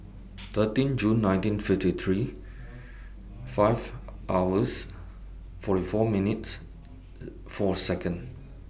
thirteen June nineteen fifty three five hours forty four minutes four Second